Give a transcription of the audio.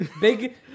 Big